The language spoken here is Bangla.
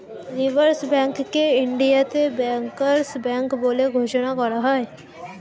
রিসার্ভ ব্যাঙ্ককে ইন্ডিয়াতে ব্যাংকার্স ব্যাঙ্ক বলে ঘোষণা করা হয়